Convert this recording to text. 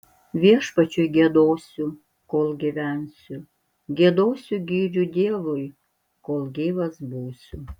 viešpačiui giedosiu kol gyvensiu giedosiu gyrių dievui kol gyvas būsiu